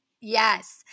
Yes